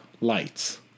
lights